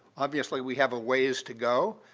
obviously, we have a ways to go.